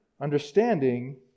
understanding